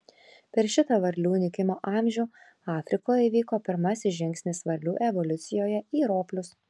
per šitą varlių nykimo amžių afrikoje įvyko pirmasis žingsnis varlių evoliucijoje į roplius